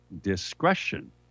discretion